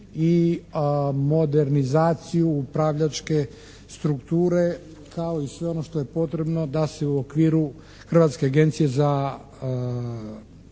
i modernizaciju upravljačke strukture kao i sve ono što je potrebno da se u okviru Hrvatske energetske